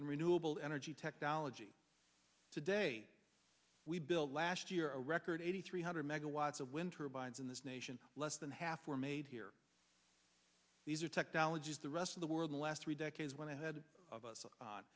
in renewable energy technology today we built last year a record eighty three hundred megawatts of wind turbines in this nation less than half were made here these are technologies the rest of the world the last three decades went ahead of us